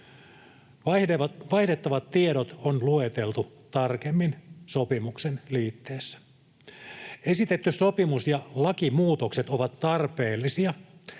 Vaihdettavat tiedot on lueteltu tarkemmin sopimuksen liitteessä. Esitetty sopimus ja lakimuutokset ovat tarpeellisia.